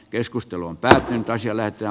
keskustelun päähän toiselle ja